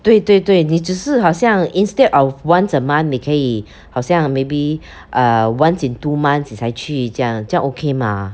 对对对你只是好像 instead of once a month 你可以好像 maybe err once in two months 你才去这样这样 okay mah